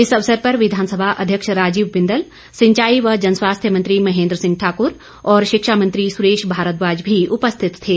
इस अवसर पर विधानसभा अध्यक्ष राजीव बिंदल सिंचाई व जनस्वास्थ्य मंत्री महेंद्र सिंह ठाकुर और शिक्षा मंत्री सुरेश भारद्वाज भी उपस्थित थे